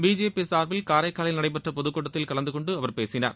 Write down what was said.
BJP சார்பில் காரரக்காலில் நடைபெற்ற பொதக் கட்டத்தில் கலந்து கொண்டு அவர் பேசினார்